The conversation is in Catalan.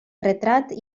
retrat